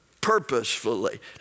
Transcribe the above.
purposefully